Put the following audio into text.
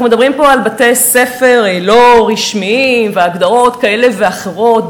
אנחנו מדברים פה על בתי-ספר לא רשמיים והגדרות כאלה ואחרות,